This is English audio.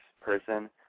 person